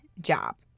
job